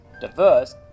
diverse